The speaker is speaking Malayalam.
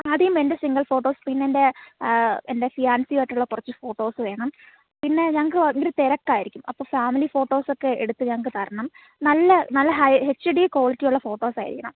ആദ്യം എന്റെ സിംഗിൾ ഫോട്ടോസ് പിന്നെ എന്റെ എന്റെ ഫിയാൻസി ആയിട്ടുള്ള കുറച്ച് ഫോട്ടോസ് വേണം പിന്നെ ഞങ്ങൾക്ക് ഇവർ തിരക്കായിരിക്കും അപ്പോൾ ഫാമിലി ഫോട്ടോസ് ഒക്കെ എടുത്ത് ഞങ്ങൾക്ക് തരണം നല്ല നല്ല ഹൈ എച്ച് ഡി ക്വാളിറ്റി ഉള്ള ഫോട്ടോസ് ആയിരിക്കണം